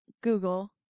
Google